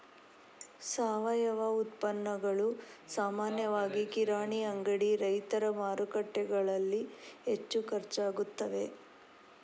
ಸಾವಯವ ಉತ್ಪನ್ನಗಳು ಸಾಮಾನ್ಯವಾಗಿ ಕಿರಾಣಿ ಅಂಗಡಿ, ರೈತರ ಮಾರುಕಟ್ಟೆಗಳಲ್ಲಿ ಹೆಚ್ಚು ಖರ್ಚಾಗುತ್ತವೆ